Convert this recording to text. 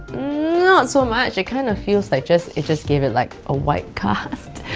not so much, it kind of feels like just. it just gave it like, a white cast?